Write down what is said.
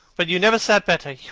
but you never sat better.